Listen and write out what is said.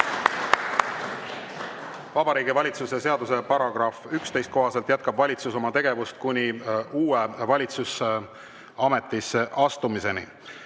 Vabariigi Valitsuse seaduse § 11 kohaselt jätkab valitsus oma tegevust kuni uue valitsuse ametisse astumiseni. Head